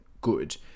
good